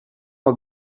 het